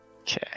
Okay